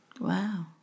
Wow